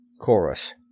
CHORUS